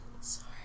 sorry